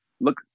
look